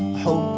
hey